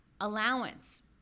allowance